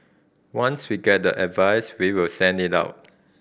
once we get the advice we will send it out